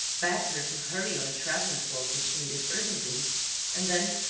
begged her to hurry on a travelling-cloak which she needed urgently and then,